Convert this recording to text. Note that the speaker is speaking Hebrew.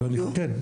כן.